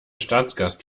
staatsgast